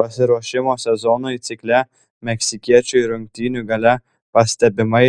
pasiruošimo sezonui cikle meksikiečiui rungtynių gale pastebimai